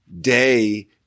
day